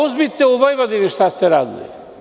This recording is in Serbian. Uzmite u Vojvodini šta ste radili.